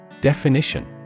Definition